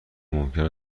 ممکن